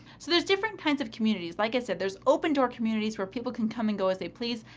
so, there's different kinds of communities. like i said, there's open door communities where people can come and go as they please.